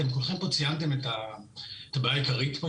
אתם כולכם פה ציינתם את הבעיה העיקרית פה,